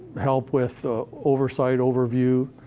help with oversight, overview,